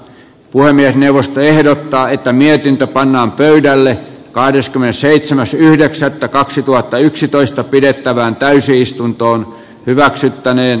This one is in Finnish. puhemiesneuvosto ehdottaa että mietintö pannaan pöydälle kahdeskymmenesseitsemäs yhdeksättä kaksituhattayksitoista pidettävään täysistuntoon hyväksyttäneen